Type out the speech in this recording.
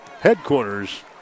headquarters